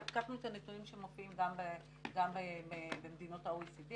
לקחנו את הנתונים שמופיעים גם מדינות ה-OECD,